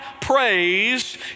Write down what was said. praise